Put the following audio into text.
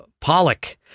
Pollock